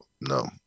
no